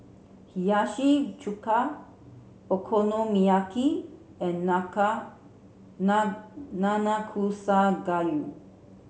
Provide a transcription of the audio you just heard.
Hiyashi Chuka Okonomiyaki and Nanakusa Gayu